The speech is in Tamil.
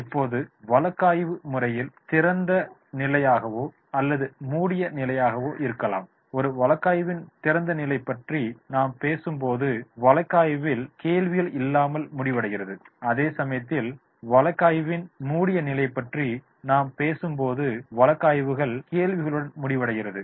இப்போது வழக்காய்வு முறையில் திறந்த நிலையாகவோ அல்லது மூடிய நிலையாகவோ இருக்கலாம் ஒரு வழக்காய்வின் திறந்தநிலை பற்றி நாம் பேசும் போது வழக்காய்வில் கேள்விகள் இல்லாமல் முடிவடைகிறது அதேசமயத்தில் வழக்காய்வின் மூடியநிலை பற்றி நாம் பேசும் போது வழக்காய்வுகள் கேள்விகளுடன் முடிவடைகிறது